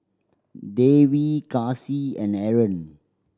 Dewi Kasih and Aaron